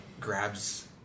grabs